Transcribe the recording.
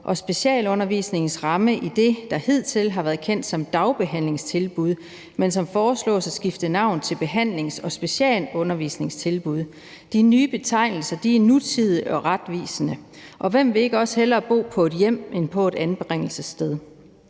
specialundervisningens ramme i det, der hidtil har været kendt som dagbehandlingstilbud, men som foreslås at skifte navn til behandlings- og specialundervisningstilbud. De nye betegnelser er nutidige og retvisende. Hvem vil ikke også hellere bo på et hjem end på et anbringelsessted?